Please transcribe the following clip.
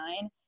nine